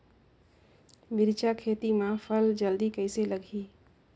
मिरचा खेती मां फल जल्दी कइसे लगही?